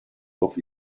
auf